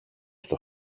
στο